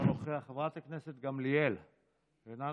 אינו נוכח,